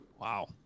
Wow